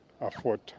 afford